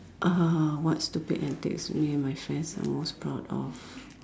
what stupid antics me and my friends are most proud of